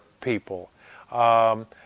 people